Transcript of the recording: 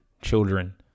children